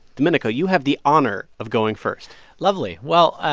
domenico, you have the honor of going first lovely. well,